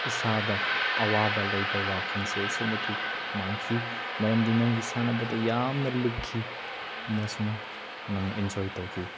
ꯏꯁꯥꯗ ꯑꯋꯥꯕ ꯂꯩꯕ ꯋꯥꯈꯜꯁꯦ ꯑꯁꯨꯛꯀꯤ ꯃꯇꯤꯛ ꯃꯥꯡꯈꯤ ꯃꯔꯝꯗꯤ ꯅꯪꯒꯤ ꯁꯥꯟꯅꯕꯗ ꯌꯥꯝꯅ ꯂꯨꯞꯈꯤ ꯑꯃꯁꯨꯡ ꯅꯪꯅ ꯑꯦꯟꯖꯣꯏ ꯇꯧꯈꯤ